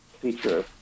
feature